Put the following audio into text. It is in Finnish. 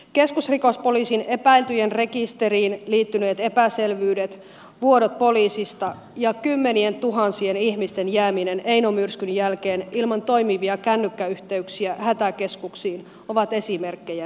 keskusrikospoliisin epäiltyjen rekisteriin liittyneet epäselvyydet vuodot poliisista ja kymmenientuhansien ihmisten jääminen eino myrskyn jälkeen ilman toimivia kännykkäyhteyksiä hätäkeskuksiin ovat esimerkkejä näistä